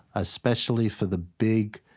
especially for the big,